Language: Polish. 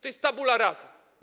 To jest tabula rasa.